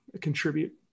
contribute